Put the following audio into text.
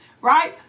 right